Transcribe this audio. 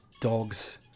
dogs